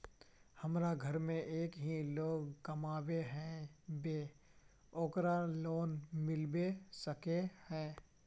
हमरा घर में एक ही लोग कमाबै है ते ओकरा लोन मिलबे सके है?